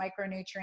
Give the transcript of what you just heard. micronutrients